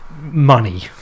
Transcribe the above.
money